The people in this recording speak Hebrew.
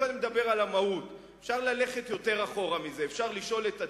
אפשר לשאול את עצמנו,